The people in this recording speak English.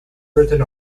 written